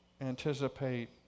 anticipate